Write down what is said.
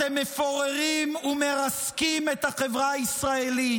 אתם מפוררים ומרסקים את החברה הישראלית.